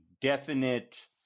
definite